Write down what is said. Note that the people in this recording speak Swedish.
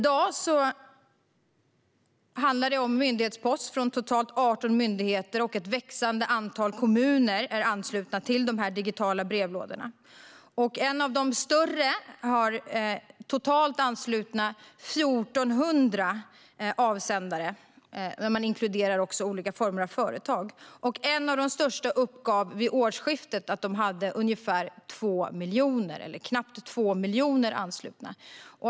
Det handlar i dag om myndighetspost från totalt 18 myndigheter. Och det är ett växande antal kommuner som är anslutna till de digitala brevlådorna. En av de större brevlådorna har totalt 1 400 anslutna avsändare - man inkluderar också olika former av företag. Man uppgav vid årsskiftet att man hade knappt 2 miljoner anslutna kunder.